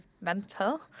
mental